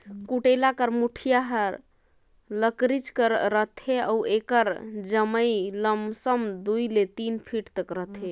कुटेला कर मुठिया हर लकरिच कर रहथे अउ एकर लम्मई लमसम दुई ले तीन फुट तक रहथे